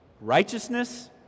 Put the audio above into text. Righteousness